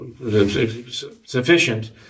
sufficient